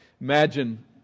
Imagine